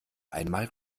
einmal